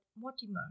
Mortimer